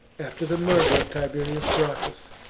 after the murder of tiberius gracchus,